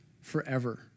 forever